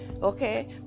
okay